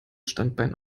standbein